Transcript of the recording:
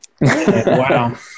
Wow